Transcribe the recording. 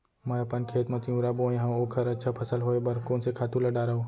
मैं अपन खेत मा तिंवरा बोये हव ओखर अच्छा फसल होये बर कोन से खातू ला डारव?